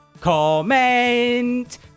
Comment